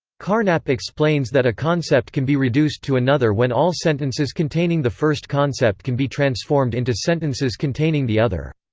carnap explains that a concept can be reduced to another when all sentences containing the first concept can be transformed into sentences containing the other.